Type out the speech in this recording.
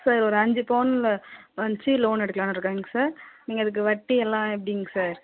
sir ஒரு அஞ்சு பவுனில் வச்சி லோன் எடுக்கலானு இருக்கேங்க சார் நீங்கள் அதுக்கு வட்டியெல்லாம் எப்படிங் சார்